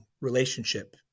relationship